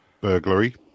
Burglary